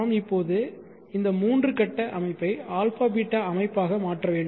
நாம் இப்போது இந்த மூன்று கட்ட அமைப்பை α β அமைப்பாக மாற்ற வேண்டும்